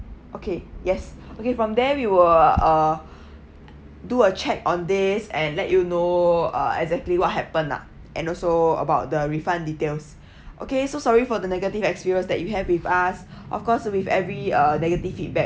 okay yes okay from there we will uh do a check on this and let you know uh exactly what happened lah and also about the refund details okay so sorry for the negative experience that you have with us of course with every uh negative feedback